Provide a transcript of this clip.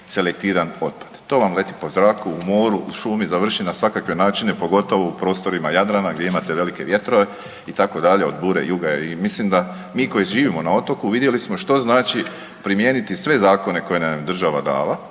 selektiran otpad. To vam leti po zraku, u moru, u šumi završi na svakakve načine pogotovo u prostorima Jadrana gdje imate velike vjetrove itd., od bure, juga i mislim da mi koji živimo na otoku vidjeli smo što znači primijeniti sve zakone koje nam je država dala